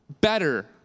better